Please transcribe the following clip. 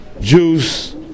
Jews